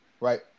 Right